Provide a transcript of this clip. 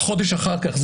חודש אחר כך,